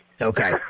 Okay